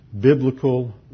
biblical